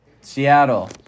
Seattle